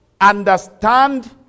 Understand